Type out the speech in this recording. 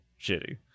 shitty